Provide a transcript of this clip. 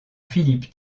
philippe